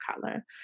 color